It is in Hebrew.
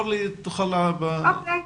אוקיי.